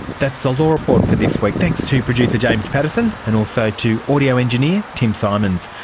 that's the law report for this week. thanks to producer james pattison and also to audio engineer tim symonds.